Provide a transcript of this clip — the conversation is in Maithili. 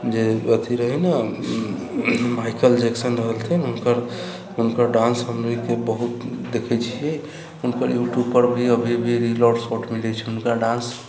जे अथी रहै ने माइकल जैक्सन रहलखिन हुनकर हुनकर डांस हमनी के बहुत देखैत छियै हुनकर यूट्यूब पर भी अभी अभी रील आओर शॉर्ट्स मिलैत छनि हुनकर